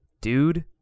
Dude